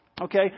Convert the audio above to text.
Okay